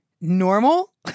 normal